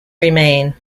remain